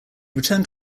returned